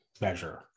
measure